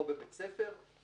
או בבית ספר,